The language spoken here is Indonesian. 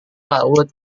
laut